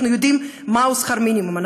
אנחנו יודעים מהו שכר מינימום,